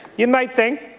you might think,